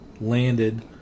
landed